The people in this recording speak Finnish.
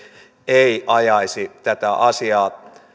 ei ajaisi tätä asiaa